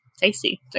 tasty